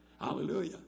hallelujah